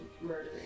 murdering